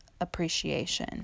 appreciation